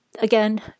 again